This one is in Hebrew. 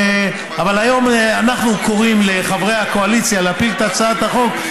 אבל היום אנחנו קוראים לחברי הקואליציה להפיל את הצעת החוק,